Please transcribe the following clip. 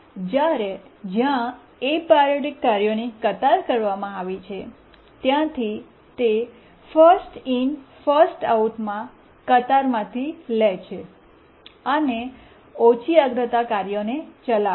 જ્યાં એપરિઓડીક કાર્યોની કતાર કરવામાં આવી છે ત્યાંથી તે ફર્સ્ટ ઇન ફર્સ્ટ આઉટમાં કતારમાંથી લે છે અને ઓછી અગ્રતા કાર્યોને ચલાવે છે